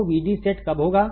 तो VD set कब होगा